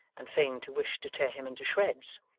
and feigned to wish to tear him into shreds,